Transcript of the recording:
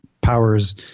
powers